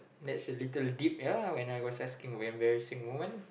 that's a little deep ya when I was asking embarrassing moment